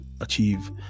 achieve